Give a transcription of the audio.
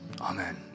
amen